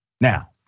now